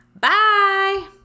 Bye